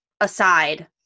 aside